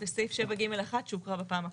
בסעיף 7 (ג') 1 שהוקרא בפעם הקודמת.